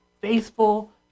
faithful